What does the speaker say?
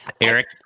Eric